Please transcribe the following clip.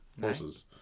horses